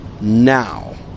now